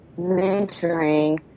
mentoring